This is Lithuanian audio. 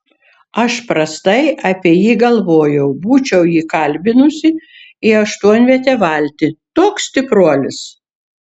aš prastai apie jį galvojau būčiau jį kalbinusi į aštuonvietę valtį toks stipruolis